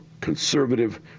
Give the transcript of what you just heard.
conservative